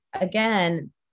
again